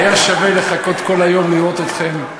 היה שווה לחכות כל היום, לראות אתכם.